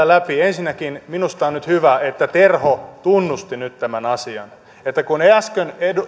läpi ensinnäkin minusta on hyvä että terho tunnusti nyt tämän asian että kun äsken